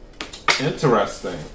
Interesting